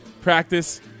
practice